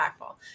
impactful